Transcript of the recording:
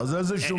אז איזה שום זה?